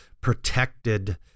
protected